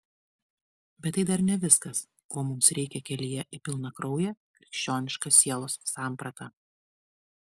bet tai dar ne viskas ko mums reikia kelyje į pilnakrauję krikščionišką sielos sampratą